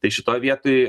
tai šitoje vietoj